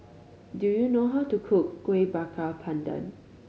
do you know how to cook Kuih Bakar Pandan